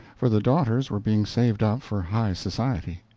for the daughters were being saved up for high society.